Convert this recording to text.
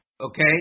Okay